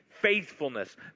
faithfulness